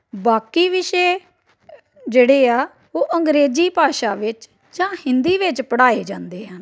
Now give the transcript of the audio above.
ਬਾਕੀ ਵਿਸ਼ੇ ਅ ਜਿਹੜੇ ਆ ਉਹ ਅੰਗਰੇਜ਼ੀ ਭਾਸ਼ਾ ਵਿੱਚ ਜਾਂ ਹਿੰਦੀ ਵਿੱਚ ਪੜ੍ਹਾਏ ਜਾਂਦੇ ਹਨ